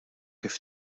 kif